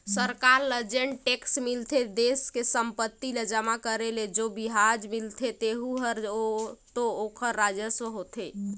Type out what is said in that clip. सरकार ल जेन टेक्स मिलथे देस के संपत्ति ल जमा करे ले जो बियाज मिलथें तेहू हर तो ओखर राजस्व होथे